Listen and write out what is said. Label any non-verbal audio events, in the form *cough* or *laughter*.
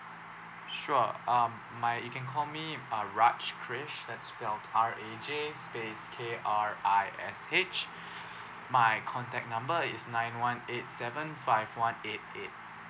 sure um my you can call me uh raj krish that's spelt R A J space K R I S H *breath* my contact number is nine one eight seven five one eight eight